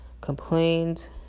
complained